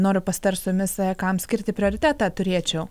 noriu pasitart su jumis kam skirti prioritetą turėčiau